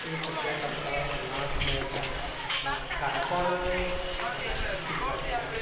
त्यो सद्याक आमकां हांगां मेळटा काणकोण भलायकी केंद्रातल्यान